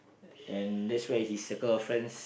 and that's where he circle a friends